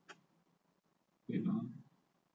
wait uh